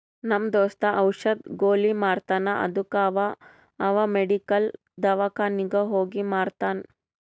ನಮ್ ದೋಸ್ತ ಔಷದ್, ಗೊಲಿ ಮಾರ್ತಾನ್ ಅದ್ದುಕ ಅವಾ ಅವ್ ಮೆಡಿಕಲ್, ದವ್ಕಾನಿಗ್ ಹೋಗಿ ಮಾರ್ತಾನ್